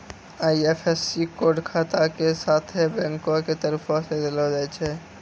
IFSC code खाता के साथे बैंको के तरफो से देलो जाय छै